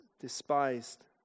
despised